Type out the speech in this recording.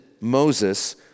Moses